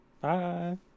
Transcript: bye